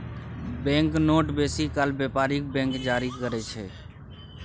bank note बेसी काल बेपारिक बैंक जारी करय छै